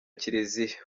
kiliziya